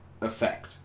effect